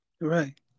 Right